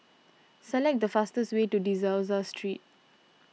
select the fastest way to De Souza Street